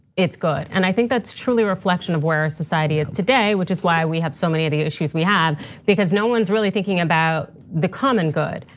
it's good. and i think that's truly reflection of where our society is today which is why we have so many of the issues we have because no one's really thinking about the common good.